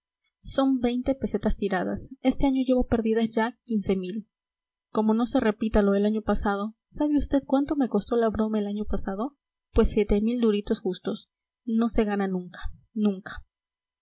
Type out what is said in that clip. continúa son pesetas tiradas este año llevo perdidas ya como no se repita lo del año pasado sabe usted cuánto me costó la broma el año pasado pues duritos justos no se gana nunca nunca